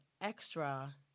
extra